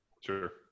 Sure